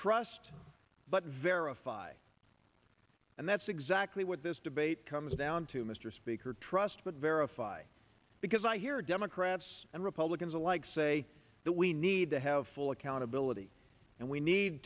trust but verify and that's exactly what this debate comes down to mr speaker trust but verify because i hear democrats and republicans alike say that we need to have full accountability and we need